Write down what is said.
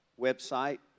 website